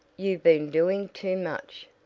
you've been doin' too much,